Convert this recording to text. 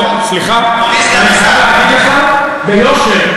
אני חייב להגיד לך ביושר,